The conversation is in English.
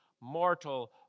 mortal